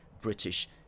British